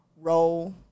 role